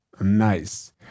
Nice